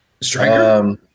Striker